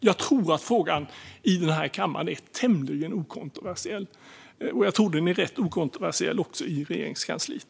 Jag tror att frågan i den här kammaren är tämligen okontroversiell, och jag tror att den är rätt okontroversiell också i Regeringskansliet.